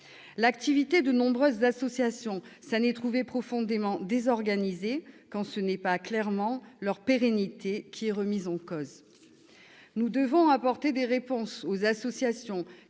L'activité de nombreuses associations s'en est trouvée profondément désorganisée, quand ce n'est pas clairement leur pérennité qui est remise en cause. Nous devons apporter des réponses aux associations